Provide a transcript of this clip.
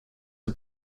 are